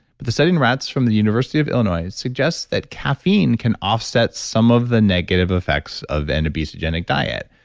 but the study in rats from the university of illinois suggests that caffeine can offset some of the negative effects of an obesogenic diet.